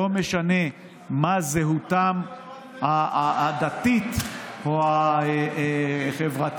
לא משנה מה זהותן הדתית או החברתית,